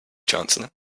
chancellor